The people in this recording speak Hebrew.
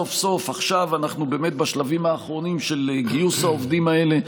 סוף-סוף עכשיו אנחנו באמת בשלבים האחרונים של גיוס העובדים האלה,